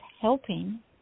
helping